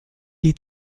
die